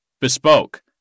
bespoke